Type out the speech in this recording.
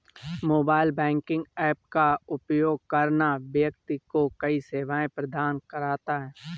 mobile banking app का उपयोग करना व्यक्ति को कई सेवाएं प्रदान करता है